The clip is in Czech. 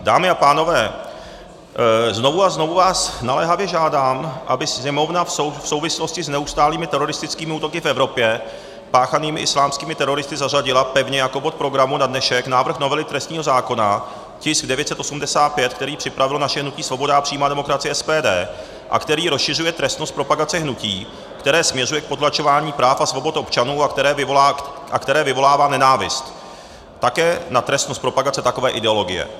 Dámy a pánové, znovu a znovu vás naléhavě žádám, aby Sněmovna v souvislosti s neustálým teroristickými útoky v Evropě páchanými islámskými teroristy zařadila pevně jako bod programu na dnešek návrh novely trestního zákona, tisk 985, který připravilo naše hnutí Svoboda a přímá demokracie SPD a který rozšiřuje trestnost propagace hnutí, které směřuje k potlačování práv a svobod občanů a které vyvolává nenávist, také na trestnost propagace takové ideologie.